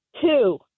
Two